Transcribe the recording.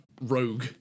rogue